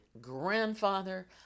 grandfather